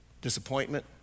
disappointment